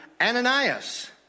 Ananias